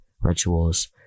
rituals